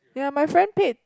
ya my friend paid